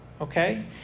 Okay